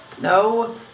No